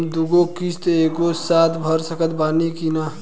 हम दु गो किश्त एके साथ भर सकत बानी की ना?